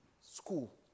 school